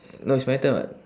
no it's my turn [what]